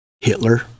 Hitler